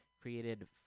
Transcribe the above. created